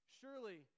surely